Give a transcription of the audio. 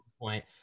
point